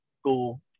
school